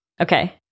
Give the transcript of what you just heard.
Okay